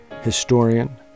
historian